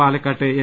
Palakkad L